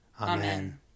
Amen